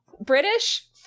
British